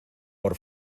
por